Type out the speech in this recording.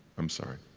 i'm sorry.